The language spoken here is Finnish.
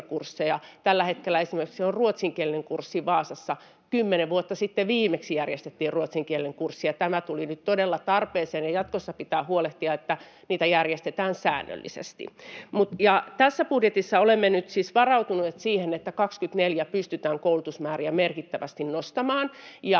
Tällä hetkellä esimerkiksi on ruotsinkielinen kurssi Vaasassa. Kymmenen vuotta sitten viimeksi järjestettiin ruotsinkielinen kurssi, ja tämä tuli nyt todella tarpeeseen, ja jatkossa pitää huolehtia, että niitä järjestetään säännöllisesti. Tässä budjetissa olemme nyt siis varautuneet siihen, että vuonna 24 pystytään koulutusmääriä merkittävästi nostamaan.